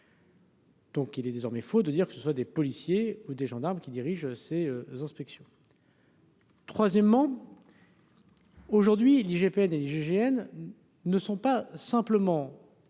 Donc, il est désormais faux de dire que ce soient des policiers ou des gendarmes qui dirige ces inspections. Troisièmement. Aujourd'hui l'IGPN et l'IGGN ne sont pas simplement